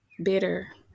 bitter